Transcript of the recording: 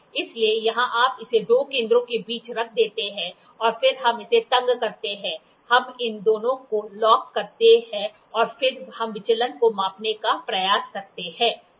इसलिए यहां आप इसे दो केन्द्रों के बीच रख देते हैं और फिर हम इसे तंग करते हैं हम इन दोनों को लॉक करते हैं और फिर हम विचलन को मापने का प्रयास करते हैं